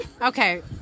okay